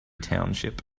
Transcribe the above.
township